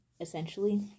essentially